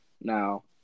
Now